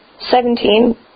Seventeen